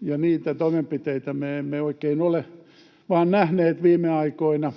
ja niitä toimenpiteitä me emme vain oikein ole nähneet viime aikoina.